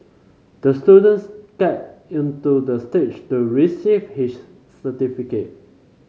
the student skated into the stage to receive his certificate